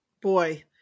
boy